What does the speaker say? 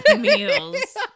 meals